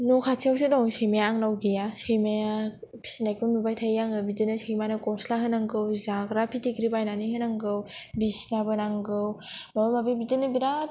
न' खाथियावसो दं सैमाया आंनियाव गैया सैमाया फिसिनायखौ नुबाय थायो आङो बिदिनो सैमानो गसला होनांगौ जाग्रा पिथिख्रि बायनानै होनांगौ बिसनाबो नांगौ माबा माबि बिदिनो बिराट